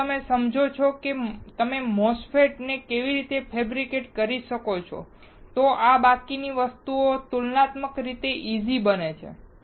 જો તમે સમજો છો કે તમે MOSFET ને કેવી રીતે ફૅબ્રિકેટ કરી શકો છો તો આ બાકીની વસ્તુઓ તુલનાત્મક રીતે ઈઝી બને છે